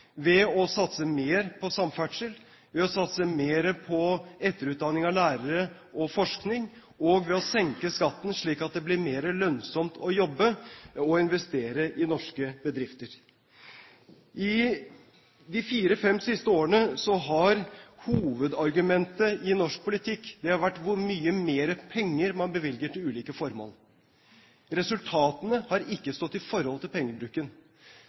ved å satse mer på samferdsel, ved å satse mer på etterutdanning av lærere og forskning, og ved å senke skatten slik at det blir mer lønnsomt å jobbe og investere i norske bedrifter. I de fire–fem siste årene har hovedargumentet i norsk politikk vært hvor mye mer penger man bevilger til ulike formål. Resultatene har ikke stått i forhold til pengebruken.